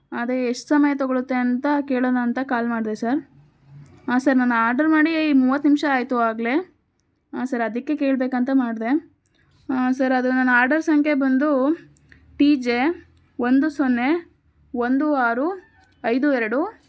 ಅದೆ ಎಷ್ಟು ಸಮಯ ತಗೊಳುತ್ತೆ ಅಂತ ಕೇಳೋಣ ಅಂತ ಕಾಲ್ ಮಾಡಿದೆ ಸರ್ ಹಾಂ ಸರ್ ನಾನು ಆರ್ಡರ್ ಮಾಡಿ ಮೂವತ್ತು ನಿಮಿಷ ಆಯಿತು ಆಗಲೇ ಹಾಂ ಸರ್ ಅದಕ್ಕೆ ಕೇಳ್ಬೇಕು ಅಂತ ಮಾಡಿದೆ ಸರ್ ಅದು ನನ್ನ ಆರ್ಡರ್ ಸಂಖ್ಯೆ ಬಂದು ಟಿ ಜೆ ಒಂದು ಸೊನ್ನೆ ಒಂದು ಆರು ಐದು ಎರಡು